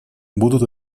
будут